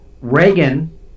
Reagan